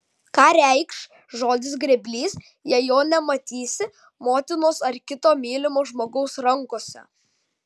ką reikš žodis grėblys jei jo nematysi motinos ar kito mylimo žmogaus rankose